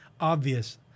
obvious